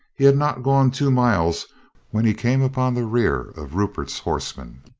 he had not gone two miles when he came upon the rear of rupert's horsemen.